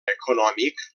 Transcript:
econòmic